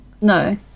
No